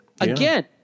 Again